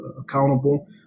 accountable